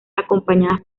acompañadas